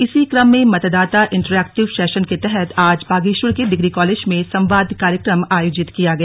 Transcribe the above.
इसी क्रम में मतदाता इन्टरेक्टिव सेशन के तहत आज बागेश्वर के डिग्री कॉलेज में संवाद कार्यक्रम आयोजित किया गया